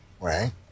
Right